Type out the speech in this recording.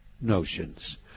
notions